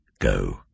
Go